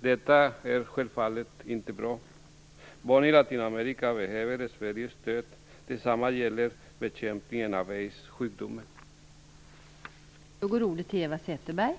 Detta är självfallet inte bra. Barn i Latinamerika behöver Sveriges stöd. Detsamma gäller för bekämpningen av sjukdomen aids.